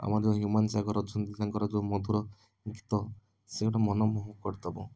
ଆମର ଯେଉଁ ହ୍ୟୁମାନ ସାଗର ଅଛନ୍ତି ତାଙ୍କର ଯେଉଁ ମଧୁର ଗୀତ ସିଏ ଗୋଟେ ମନମୋହ କରିଦେବ